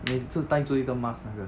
每次带着一个 mask 那个